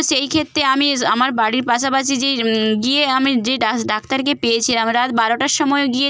সেই ক্ষেত্রে আমি স্ আমার বাড়ির পাশাপাশি যেই গিয়ে আমি যে ডাস ডাক্তারকে পেয়েছিলাম রাত বারোটার সময়ও গিয়ে